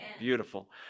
Beautiful